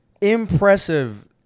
impressive